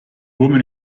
woman